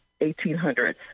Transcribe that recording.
1800s